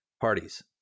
Parties